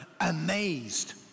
amazed